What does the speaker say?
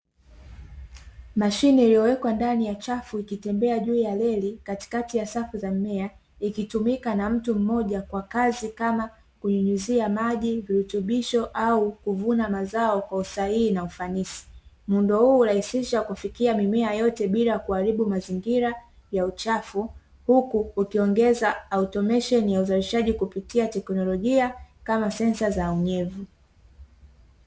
Mashine iliyowekwa ndani ya chafu ikitembea juu ya reli katikati ya safu za mimea, ikitumika na mtu mmoja kwa kazi kama kunyunyuzia maji, virutubisho au kuvuna mazao kwa usahihi na ufanisi, muundo huu husaidia kufikia mimea yote bila kualibu mazingira ya uchafu, huku ukiongeza automesheni ya uzalishaji kupitia ya tekinolojia kama sensa za unyevu.